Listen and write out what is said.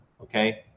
Okay